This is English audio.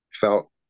felt